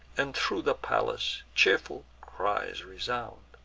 and thro' the palace cheerful cries resound.